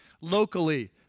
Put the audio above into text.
Locally